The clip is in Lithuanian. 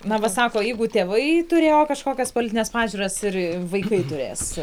na va sako jeigu tėvai turėjo kažkokias politines pažiūras ir vaikai turės